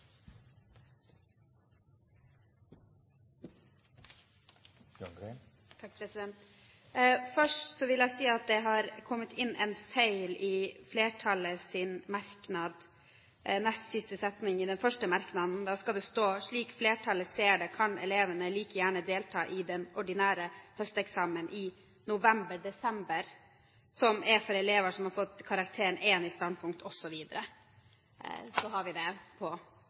Først vil jeg si at det har kommet inn en feil i den første merknaden fra flertallet i innstillingen. I den nest siste setningen i merknaden skal det stå: Slik flertallet ser det, kan elevene like gjerne delta i den ordinære høsteksamen i november/desember, som er for elever som har fått karakteren 1 i standpunkt, osv. Så har vi det